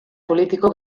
politiko